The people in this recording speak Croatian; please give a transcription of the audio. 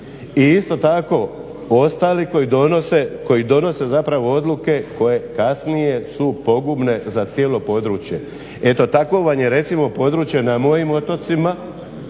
i isto tako ostali koji donose zapravo odluke koje kasnije su pogubne za cijelo područje. Eto takvo vam je recimo područje na mojim otocima